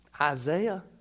Isaiah